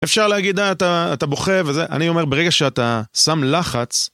אפשר להגיד, אה אתה בוכה וזה, אני אומר, ברגע שאתה שם לחץ...